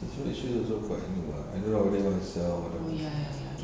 this [one] this shoes also quite new ah I don't know whether want to sell whether want to